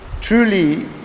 truly